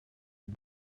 you